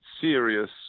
serious